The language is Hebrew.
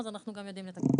אז אנחנו גם יודעים לתקן.